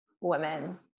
women